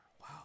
Wow